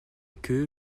queue